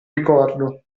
ricordo